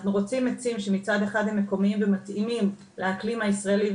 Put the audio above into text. אנחנו רוצים עצים שמצד הם מקומיים ומתאימים לאקלים הישראלי,